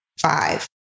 Five